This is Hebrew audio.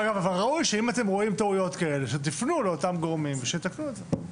אבל ראוי שאם אתם רואים טעויות כאלה שתפנו לאותם גורמים שיתקנו את זה.